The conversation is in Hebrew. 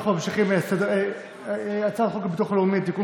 אנחנו ממשיכים בסדר-היום הצעת חוק הביטוח הלאומי (תיקון,